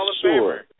sure